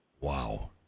Wow